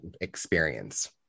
experience